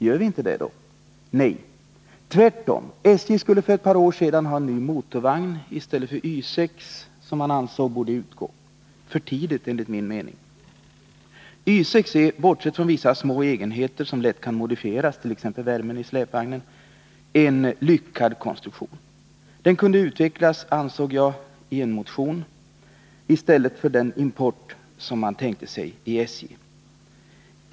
Gör vi inte det då? Nej, tvärtom. SJ skulle för ett par år sedan ha en ny motorvagn i stället för Y 6, som man — enligt min mening för tidigt — ansåg borde utgå. Y 6 är, bortsett från vissa små egenheter som lätt kan modifieras, t.ex. när det gäller värmen i släpvagnen, en lyckad konstruktion. Jag framhöll i en motion att Y 6 kunde utvecklas i stället för den import av motorvagn som SJ tänkte sig.